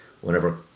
whenever